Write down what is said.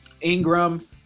Ingram